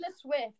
Swift